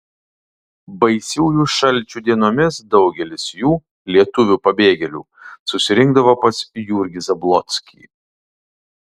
baisiųjų šalčių dienomis daugelis jų lietuvių pabėgėlių susirinkdavo pas jurgį zablockį